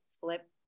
flip